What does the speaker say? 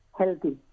healthy